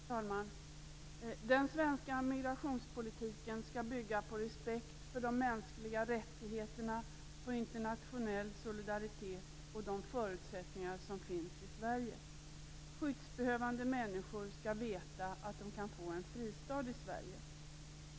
Fru talman! Den svenska migrationspolitiken skall bygga på respekt för de mänskliga rättigheterna, internationell solidaritet och de förutsättningar som finns i Sverige. Skyddsbehövande människor skall veta att de kan få en fristad i Sverige.